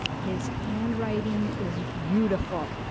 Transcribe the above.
his handwriting is beautiful.